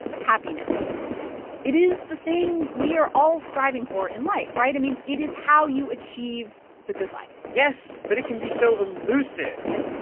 happiness it is the thing we are all striving for in life, right? i mean, it is how you achieve the good life yes, but it can be so elusive.